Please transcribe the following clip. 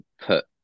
put